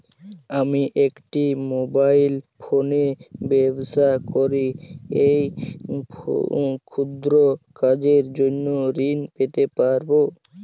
আমি একটি মোবাইল ফোনে ব্যবসা করি এই ক্ষুদ্র কাজের জন্য ঋণ পেতে পারব?